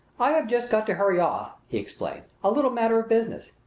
i have just got to hurry off, he explained a little matter of business.